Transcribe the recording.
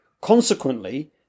Consequently